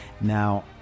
now